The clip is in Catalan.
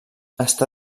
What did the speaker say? està